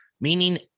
meaning